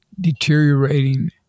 deteriorating